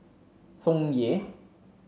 Tsung Yeh